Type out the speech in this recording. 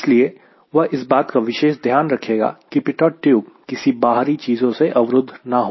इसलिए वह इस बात का विशेष ध्यान रखेगा की पीटोट ट्यूब किसी बाहरी चीजों से अवरुद्ध ना हो